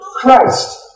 Christ